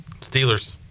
Steelers